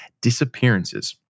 disappearances